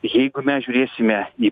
jeigu mes žiūrėsime į